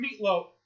meatloaf